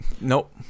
Nope